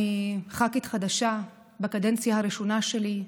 אני ח"כית חדשה, בקדנציה הראשונה שלי.